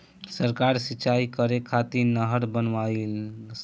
सरकार सिंचाई करे खातिर नहर बनवईलस